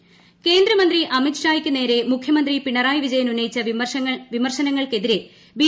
സുരേന്ദ്രൻ കേന്ദ്ര മന്ത്രി അമിത് ഷായ്ക്ക് നേരെമുഖ്യമന്ത്രി പിണറായി വിജയൻ ഉന്നയിച്ചു വിമർശനങ്ങൾക്കെതിരെ ബി